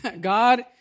God